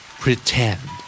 pretend